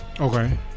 Okay